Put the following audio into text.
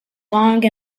long